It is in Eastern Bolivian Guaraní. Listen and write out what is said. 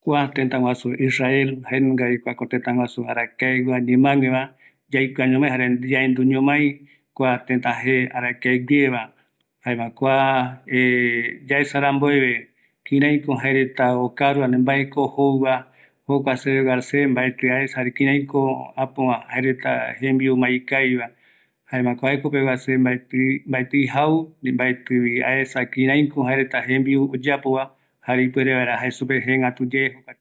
Kua tëtäguasu jaeko arakeguiveva, yaenduñomai kua tëtä jee, jare jae vaera supe mbaenunga tembiureko kuape ikaviyeye aikua, jare mbaetɨvi aesa, ëreï oïmeko aipo jaereta jembiu ikaviyeyeva